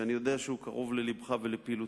שאני יודע שהוא קרוב ללבך ולפעילותך: